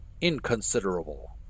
inconsiderable